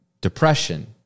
depression